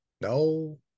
No